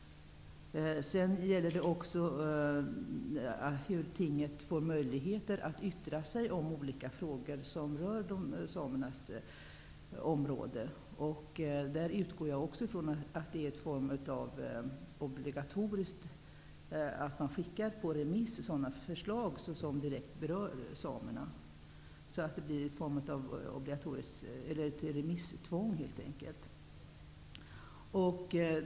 Det handlar också om hur tinget får möjligheter att yttra sig om olika frågor som rör samernas område. Jag utgår från att det blir obligatoriskt att sådana förslag som direkt berör samerna skickas på remiss, dvs. helt enkelt ett remisstvång.